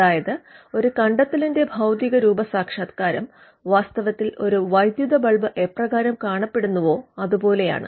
അതായത് ഒരു കണ്ടത്തെലിന്റെ ഭൌതികരൂപ സാക്ഷാത്കാരം വാസ്തവത്തിൽ ഒരു വൈദ്യുത ബൾബ് എപ്രകാരം കാണപ്പെടുന്നുവോ അത് പോലെയാണ്